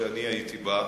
שאני הייתי בה,